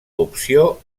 opció